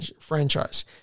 franchise